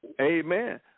Amen